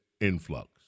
influx